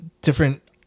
different